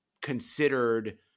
considered